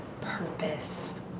purpose